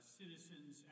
citizens